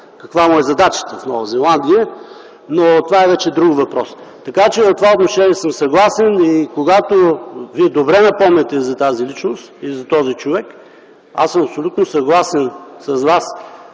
каква му е задачата в Нова Зеландия. Но това е вече друг въпрос. Така, че в това отношение аз съм съгласен. Вие добре напомняте за тази личност и този човек. Аз съм абсолютно съгласен с Вас.